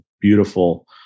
beautiful